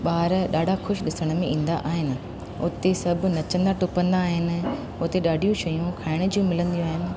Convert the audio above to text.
ॿार ॾाढा ख़ुशि ॾिसण में ईंदा आहिनि उते सभु नचंदा टपंदा आहिनि उते ॾाढियूं शयूं खाइण जूं मिलंदियूं आहिनि